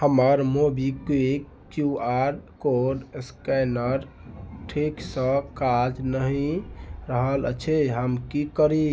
हमर MobiKwik Q R code scanner ठीकसँ काज नहि कऽ रहल अछि हम की करी